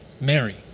Mary